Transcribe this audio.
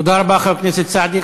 תודה רבה, חבר הכנסת סעדי.